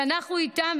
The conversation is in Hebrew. שאנחנו איתן,